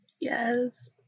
Yes